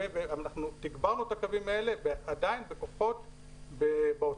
תגברנו את הקווים האלה ועדיין באוטובוסים,